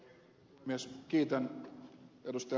ravia syötöstä